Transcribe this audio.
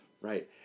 Right